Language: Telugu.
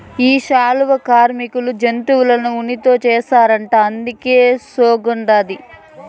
ఈ శాలువా కాశ్మీరు జంతువుల ఉన్నితో చేస్తారట అందుకే సోగ్గుండాది